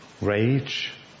rage